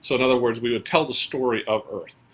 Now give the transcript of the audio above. so, in other words, we would tell the story of earth.